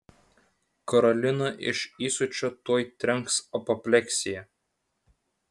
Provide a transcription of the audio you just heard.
karoliną iš įsiūčio tuoj trenks apopleksija